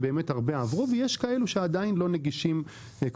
באמת הרבה עברו לזה אבל יש כאלה שעדיין לא נגישים לטכנולוגיה,